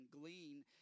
glean